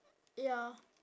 ya